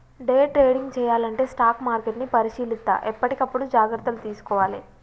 day trading చెయ్యాలంటే stock మార్కెట్ని పరిశీలిత్తా ఎప్పటికప్పుడు జాగర్తలు తీసుకోవాలే